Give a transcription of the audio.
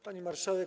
Pani Marszałek!